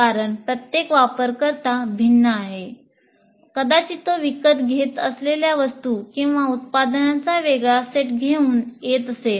कारण प्रत्येक वापरकर्ता भिन्न आहे कदाचित तो विकत घेत असलेल्या वस्तू किंवा उत्पादनांचा वेगळा सेट घेऊन येत असेल